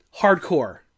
hardcore